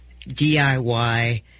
DIY